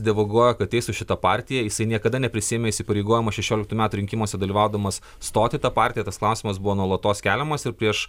dievagojo kad eis su šita partija jisai niekada neprisiėmė įsipareigojimo šešioliktų metų rinkimuose dalyvaudamas stot į tą partiją tas klausimas buvo nuolatos keliamas ir prieš